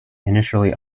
initially